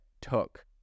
took